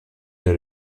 der